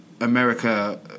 America